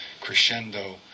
crescendo